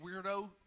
weirdo